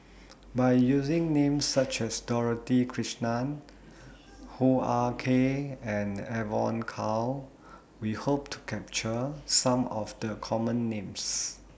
By using Names such as Dorothy Krishnan Hoo Ah Kay and Evon Kow We Hope to capture Some of The Common Names